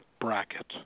bracket